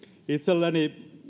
itselleni